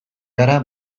gara